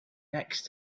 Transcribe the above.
next